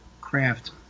craft